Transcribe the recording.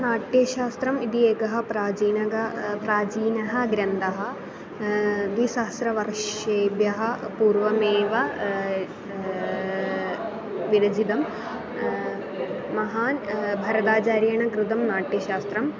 नाट्यशास्त्रम् इति एकः प्राचीनः प्राचीनः ग्रन्थः द्विसहस्रं वर्षेभ्यः पूर्वमेव विरचितं महान् भरताचार्येण कृतं नाट्यशास्त्रम्